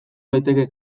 daiteke